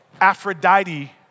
Aphrodite